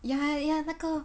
ya ya 那个